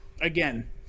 again